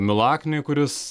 milakniui kuris